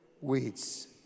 weeds